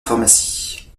pharmacie